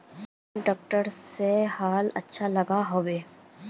कुन ट्रैक्टर से हाल अच्छा लागोहो होबे?